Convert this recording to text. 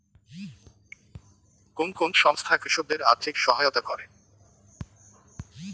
কোন কোন সংস্থা কৃষকদের আর্থিক সহায়তা করে?